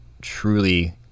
truly